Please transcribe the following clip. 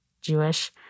Jewish